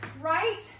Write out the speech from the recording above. Right